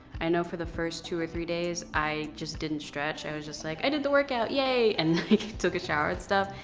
i know for the first two or three days, i just didn't stretch. i was just like, i did the workout. yay! and like took a shower and stuff.